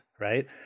right